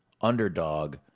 underdog